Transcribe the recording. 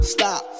Stop